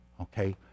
okay